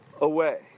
away